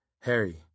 Harry